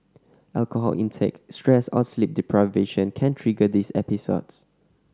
alcohol intake stress or sleep deprivation can trigger these episodes